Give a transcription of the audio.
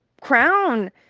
crown